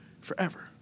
forever